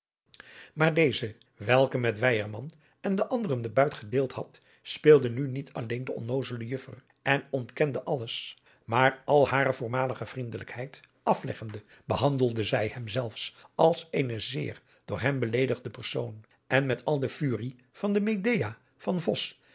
maar deze welke met weyerman en de anderen den buit gedeeld had speelde nu niet alleen de onnoozele juffer en ontkende alles maar al hare voormalige vriendelijkheid afleggende behandelde zij hem zelfs als eene zeer door hem beleedigde persoon en met al de furie van de medéa van